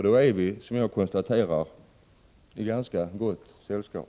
Då är vi, som jag konstaterar, i ganska gott sällskap.